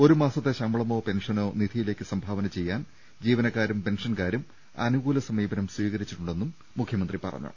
ഒരു മാസത്തെ ശമ്പളമോ പെൻഷനോ നിധിയിലേക്ക് സംഭാവന ചെയ്യാൻ ജീവനക്കാരും പെൻഷൻകാരും അനുകൂല സമീപനം സ്വീക്രിച്ചിട്ടുണ്ടെന്നും മുഖ്യമന്ത്രി പറഞ്ഞു